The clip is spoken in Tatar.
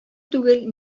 түгел